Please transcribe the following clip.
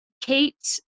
Kate